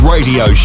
Radio